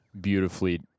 beautifully